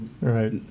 Right